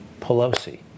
Pelosi